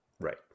Right